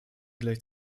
gleich